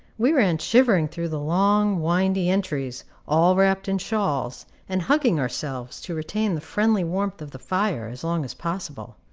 we ran shivering through the long, windy entries, all wrapped in shawls, and hugging ourselves to retain the friendly warmth of the fire as long as possible.